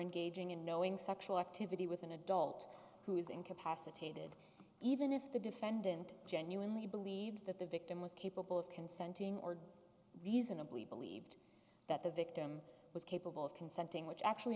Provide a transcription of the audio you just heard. engaging in knowing sexual activity with an adult who is incapacitated even if the defendant genuinely believed that the victim was capable of consenting or reasonably believed that the victim was capable of consenting which actually